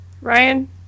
Ryan